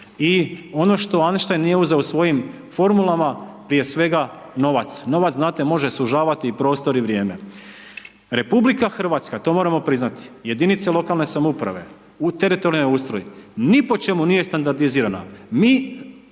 i ono što Einstein nije uzeo u svojim formulama, prije svega novac. Novac znate može sužavati i prostor i vrijeme. RH to moramo priznati, jedinice lokalne samouprave u teritorijalni ustroj, ni po čemu nije standardizirana, mi